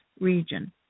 region